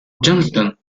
johnston